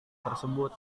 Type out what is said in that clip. tersebut